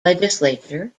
legislature